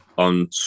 on